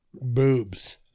boobs